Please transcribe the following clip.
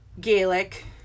Gaelic